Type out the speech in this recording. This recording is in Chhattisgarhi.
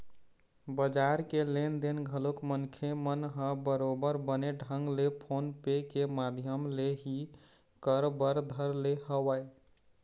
बजार के लेन देन घलोक मनखे मन ह बरोबर बने ढंग ले फोन पे के माधियम ले ही कर बर धर ले हवय